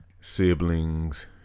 siblings